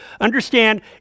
understand